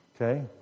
okay